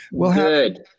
Good